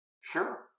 Sure